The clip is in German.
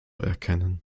erkennen